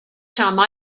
time